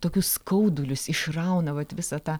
tokius skaudulius išrauna vat visą tą